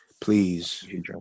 please